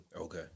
Okay